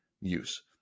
use